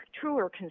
truer